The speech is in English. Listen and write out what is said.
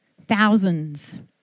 thousands